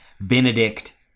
Benedict